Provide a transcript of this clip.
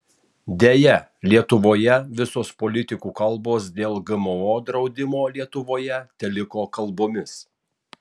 deja lietuvoje visos politikų kalbos dėl gmo draudimo lietuvoje teliko kalbomis